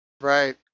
Right